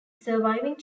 surviving